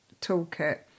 toolkit